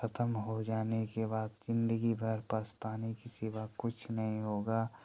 ख़त्म हो जाने के बाद ज़िन्दगीभर पछताने के सिवा कुछ नहीं होगा